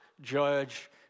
judge